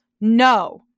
No